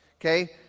okay